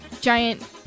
giant